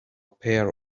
pair